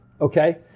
okay